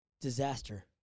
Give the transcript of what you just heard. disaster